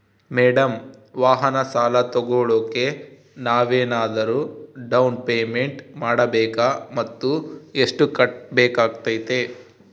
Madam ವಾಹನ ಸಾಲ ತೋಗೊಳೋಕೆ ನಾವೇನಾದರೂ ಡೌನ್ ಪೇಮೆಂಟ್ ಮಾಡಬೇಕಾ ಮತ್ತು ಎಷ್ಟು ಕಟ್ಬೇಕಾಗ್ತೈತೆ?